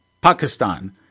Pakistan